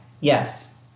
Yes